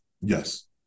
Yes